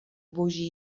boží